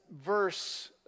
verse